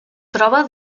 troba